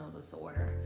disorder